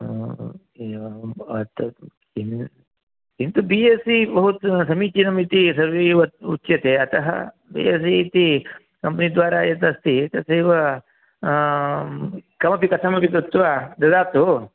किन्तु B S C बहु समीचीनम् इति सर्वे वद् उच्यते अतः बि एस् सी इति कम्पनि द्वारा यदस्ति तथैव कमपि कथमपि कृत्वा ददातु